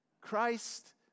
Christ